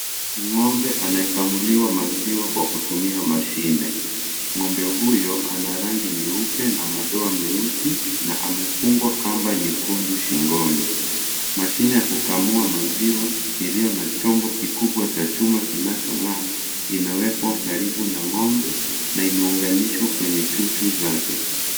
Ng'ombe anayekamuliwa maziwa kwa kutumia mashine. Ng'ombe huyo ana rangi nyeupe na madoa meusi na amefungwa kamba nyekundu shingoni. Mashine ya kukamua maziwa iliyo na chombo kikubwa cha chuma kinachong'aa imewekwa karibu na ng'ombe na imeunganishwa kwenye chuchu zake.